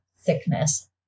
thickness